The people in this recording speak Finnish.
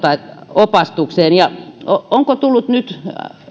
opastukseen ja onko tullut